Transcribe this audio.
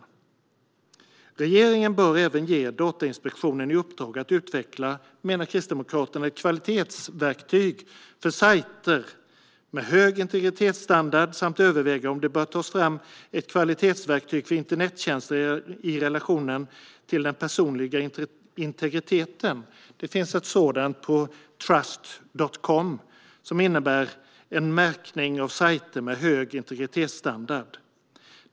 Kristdemokraterna menar att regeringen bör ge Datainspektionen i uppdrag att utveckla ett kvalitetsverktyg för sajter med hög integritetsstandard och överväga om det bör tas fram ett kvalitetsverktyg för internettjänster i relation till den personliga integriteten. Det finns ett sådant på truste.com som innebär en märkning av sajter med hög integritetsstandard.